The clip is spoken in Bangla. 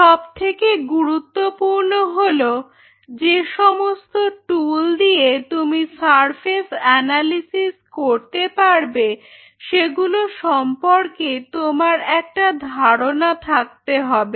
সবথেকে গুরুত্বপূর্ণ হল যে সমস্ত টুল দিয়ে তুমি সারফেস অ্যানালিসিস করতে পারবে সেগুলো সম্পর্কে তোমার একটা ধারনা থাকতে হবে